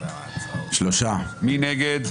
מי נגד?